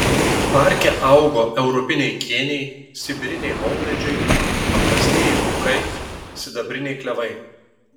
parke augo europiniai kėniai sibiriniai maumedžiai paprastieji bukai sidabriniai klevai